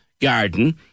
garden